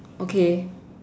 okay